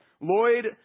Lloyd